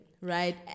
right